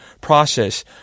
process